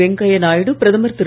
வெங்கய்யா நாயுடு பிரதமர் திரு